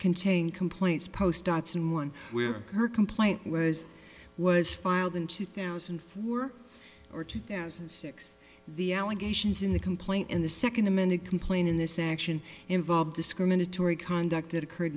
contain complaints post datsun one where her complaint was was filed in two thousand and four or two thousand and six the allegations in the complaint and the second amended complaint in this action involve discriminatory conduct that occurred